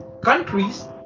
countries